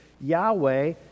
Yahweh